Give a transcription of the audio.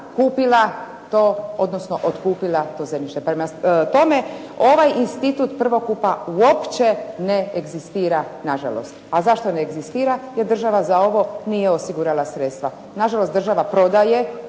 kupila to odnosno otkupila to zemljište. Prema tome ovaj institut prvokupa uopće ne egzistira nažalost. A zašto ne egzistira? Jer država za ovo nije osigurala sredstva. Nažalost država prodaje